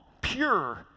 pure